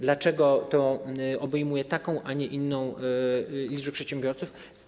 Dlaczego to obejmuje taką, a nie inną liczbę przedsiębiorców?